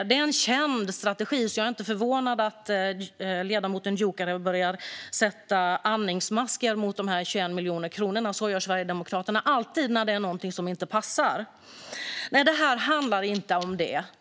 Det är en känd strategi. Jag är därför inte förvånad över att ledamoten Dioukarev sätter andningsmasker mot dessa 21 miljoner kronor. Så gör Sverigedemokraterna alltid när det är någonting som inte passar. Det här handlar inte om det.